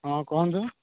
ହଁ କୁହନ୍ତୁ